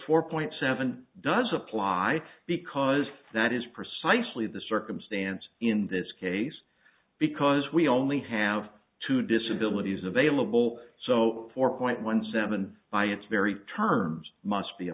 four point seven does apply because that is precisely the circumstance in this case because we only have two disabilities available so four point one seven by its very terms must be a